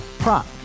Prop